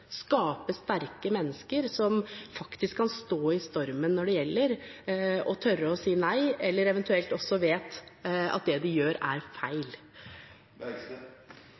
skape sterke mennesker, som faktisk kan stå i stormen når det gjelder og tørre å si nei, eller eventuelt også vet at det de gjør, er feil.